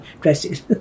dresses